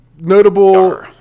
Notable